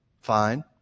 fine